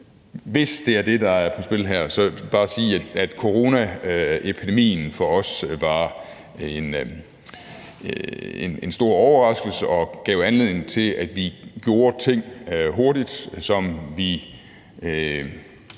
Hvis det er det, der er på spil her, så vil jeg bare sige, at coronaepidemien for os var en stor overraskelse og gav anledning til, at vi gjorde ting hurtigt, som vi